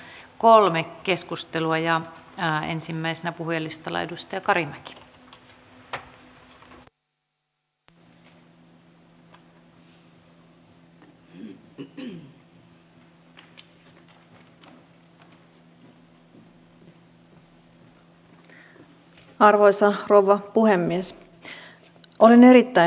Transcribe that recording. meillä on nuori työnjanoinen sukupolvi joka haluaisi tehdä työtä purkaa sen esteitä ja niin edelleen